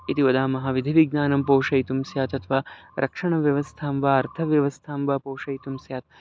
इति वदामः विधिविज्ञानं पोषयितुं स्यात् अथवा रक्षणव्यवस्थां वा अर्थव्यवस्थां वा पोषयितुं स्यात्